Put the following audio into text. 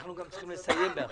אנחנו גם צריכים לסיים בשעה הזאת.